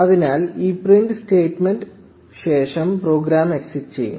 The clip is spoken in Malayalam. അതിനാൽ ഈ പ്രിന്റ് സ്റ്റേറ്റ്മെന്റ് ശേഷം പ്രോഗ്രാം എക്സിറ്റ് ചെയ്യും